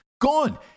Gone